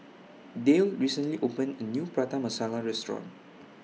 Dale recently opened A New Prata Masala Restaurant